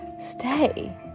stay